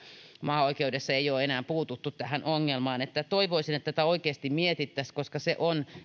maaoikeudessa ei ole enää puututtu tähän ongelmaan toivoisin että tätä oikeasti mietittäisiin koska